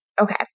Okay